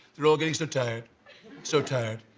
we're all getting so tired so tired.